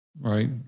Right